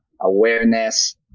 awareness